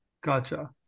gotcha